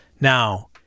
Now